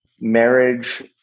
marriage